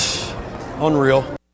Unreal